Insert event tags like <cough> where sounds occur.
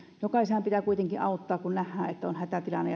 jokaisenhan pitää kuitenkin auttaa kun nähdään että on hätätilanne <unintelligible>